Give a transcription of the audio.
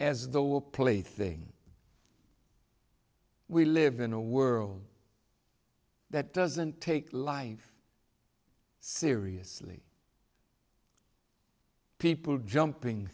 as the will play thing we live in a world that doesn't take life seriously people jumping